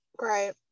right